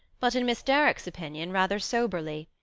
but in miss derrick's opinion, rather soberly.